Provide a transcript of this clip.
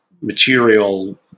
material